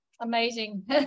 Amazing